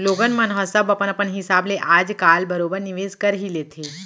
लोगन मन ह सब अपन अपन हिसाब ले आज काल बरोबर निवेस कर ही लेथे